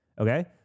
Okay